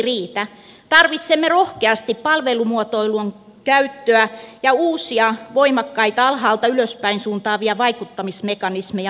tarvitsemme roh keutta palvelumuotoilun käyttöön ja uusia voimakkaita alhaalta ylöspäin suuntaavia vaikuttamismekanismeja päätöksentekoarkeen